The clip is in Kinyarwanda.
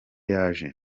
yaje